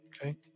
okay